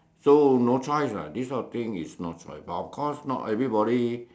so no choice what this kind of thing is no choice what but of course not everybody